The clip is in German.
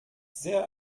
sehr